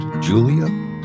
Julia